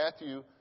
Matthew